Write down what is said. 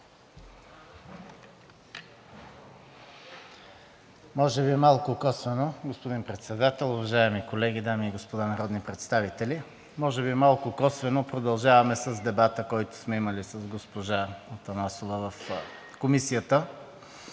ДРЕНЧЕВ (ВЪЗРАЖДАНЕ): Господин Председател, уважаеми колеги, дами и господа народни представители! Може би малко косвено продължаваме с дебата, който сме имали с госпожа Атанасова в Комисията.